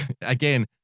again